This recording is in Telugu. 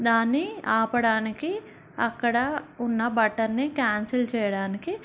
దాన్ని ఆపడానికి అక్కడ ఉన్న బటన్ని క్యాన్సిల్ చేయడానికి